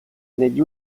negli